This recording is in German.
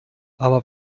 aber